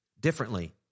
differently